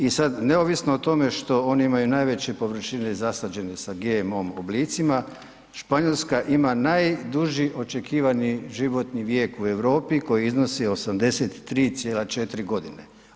I sad neovisno o tome što oni imaju najveće površine zasađene sa GMO oblicima Španjolska ima najduži očekivani životni vijek u Europi koji iznosi 83,4 godine.